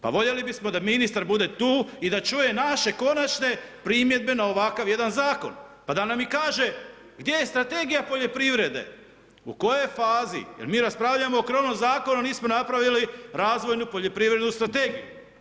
Pa voljeli bismo da ministar bude tu i da čuje naše konačne primjedbe na ovakav jedan zakon, pa da nam i kaže gdje je strategija poljoprivrede u kojoj je fazi, jer mi raspravljamo o krovnom zakonu, a nismo napravili razvojnu poljoprivrednu strategiju.